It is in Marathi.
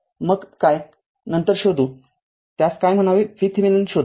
मग काय नंतर शोधू त्यास काय म्हणावे VThevenin शोधा